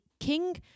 king